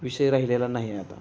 विषय राहिलेला नाही आहे आता